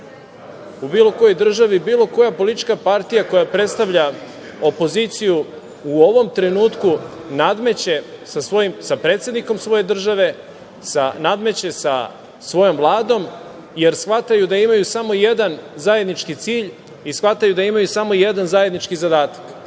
u bilo kojoj državi bilo koja politička partija koja predstavlja opoziciju u ovom trenutku nadmeće sa predsednikom svoje države, nadmeće sa svojom Vladom, jer shvataju da imaju samo jedan zajednički cilj i shvataju da imaju samo jedan zajednički zadatak. Svakako